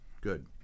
Good